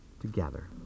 together